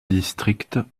district